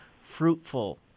fruitful